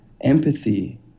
Empathy